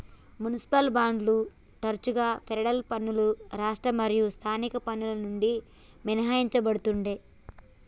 municipal బాండ్లు తరచుగా federal పన్నులు రాష్ట్ర మరియు స్థానిక పన్నుల నుండి మినహాయించబడతుండే